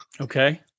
Okay